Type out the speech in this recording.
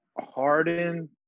Harden